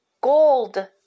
Gold